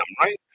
right